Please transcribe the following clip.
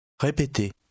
Répétez